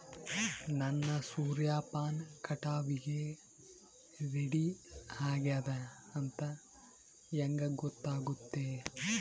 ನನ್ನ ಸೂರ್ಯಪಾನ ಕಟಾವಿಗೆ ರೆಡಿ ಆಗೇದ ಅಂತ ಹೆಂಗ ಗೊತ್ತಾಗುತ್ತೆ?